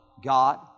God